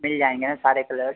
मिल जाएँगे ना सारे कलर्स